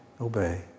Obey